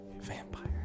vampire